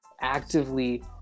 actively